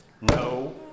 no